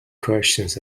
questions